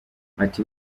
ati